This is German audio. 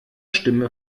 stimme